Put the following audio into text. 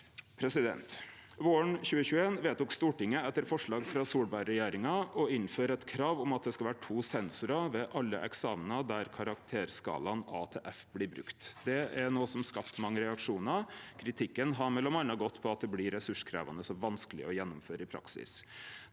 Våren 2021 vedtok Stortinget etter forslag frå Solberg-regjeringa å innføre eit krav om at det skal vere to sensorar ved alle eksamenar der karakterskalaen A–F blir brukt. Det var noko som skapte mange reaksjonar. Kritikken har m.a. gått på at det blir resurskrevjande og vanskeleg å gjennomføre i praksis.